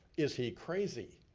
is he crazy?